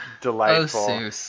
delightful